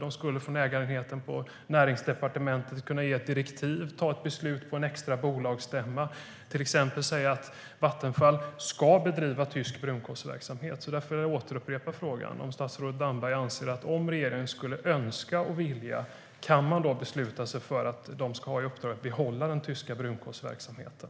Den skulle från ägarenheten på Näringsdepartementet kunna ge direktiv eller fatta ett beslut på en extra bolagsstämma. Den skulle till exempel kunna säga att Vattenfall ska bedriva tysk brunkolsverksamhet. Jag vill därför upprepa frågan. Anser statsrådet Damberg att om regeringen skulle önska och vilja, kan man då besluta sig för att behålla Vattenfall ska ha i uppdrag att behålla den tyska brunkolsverksamheten?